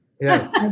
Yes